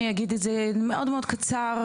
אני אגיד את זה מאוד-מאוד קצר,